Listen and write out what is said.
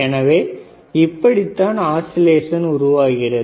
எனவே இப்படித்தான் ஆஸிலேசன் உருவாகிறது